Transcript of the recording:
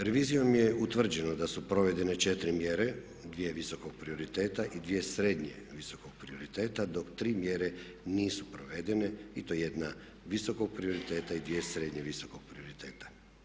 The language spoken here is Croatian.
Revizijom je utvrđeno da su provedene četiri mjere, dvije visokog prioriteta i dvije srednje visokog prioriteta dok tri mjere nisu provedene i to jedna visokog prioriteta i dvije srednje visokog prioriteta.